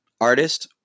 artist